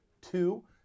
Two